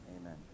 Amen